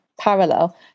parallel